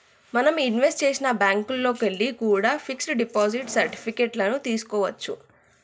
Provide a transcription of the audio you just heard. మనం ఇన్వెస్ట్ చేసిన బ్యేంకుల్లోకెల్లి కూడా పిక్స్ డిపాజిట్ సర్టిఫికెట్ లను తీస్కోవచ్చు